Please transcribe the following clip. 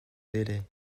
délai